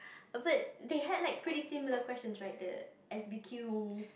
but they had like pretty similar questions right the S_B_Q